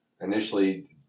initially